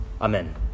Amen